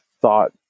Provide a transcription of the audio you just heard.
thought